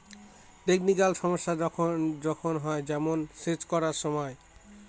technical সমস্যা যখন হয়, যেমন সেচ করার সময়